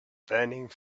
burning